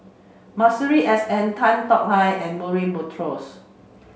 Masuri S N Tan Tong Hye and Murray Buttrose